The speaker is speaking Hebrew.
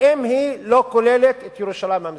אם היא לא כוללת את ירושלים המזרחית.